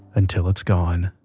until it's gone